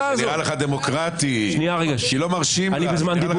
זה נראה לך דמוקרטי שלא מרשים לה?